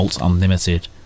Unlimited